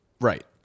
Right